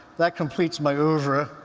that completes my oeuvre.